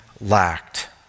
lacked